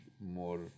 more